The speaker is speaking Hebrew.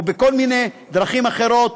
או כל מיני דרכים אחרות,